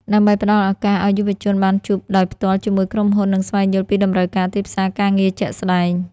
ដើម្បីផ្តល់ឱកាសឱ្យយុវជនបានជួបដោយផ្ទាល់ជាមួយក្រុមហ៊ុន និងស្វែងយល់ពីតម្រូវការទីផ្សារការងារជាក់ស្តែង។